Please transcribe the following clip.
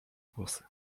włosy